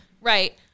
right